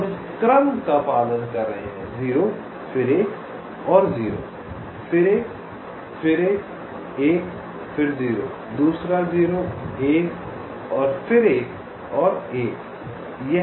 हम इस क्रम का पालन कर रहे हैं 0 फिर एक और 0 फिर एक 1 फिर एक और 1 फिर एक 0 दूसरा 0 1 और फिर एक और 1